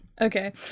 Okay